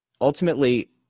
ultimately